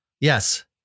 Yes